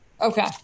Okay